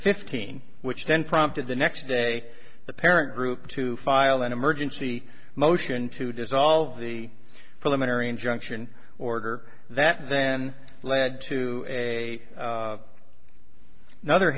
fifteenth which then prompted the next day the parent group to file an emergency motion to dissolve the preliminary injunction order that then led to a another